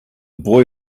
boy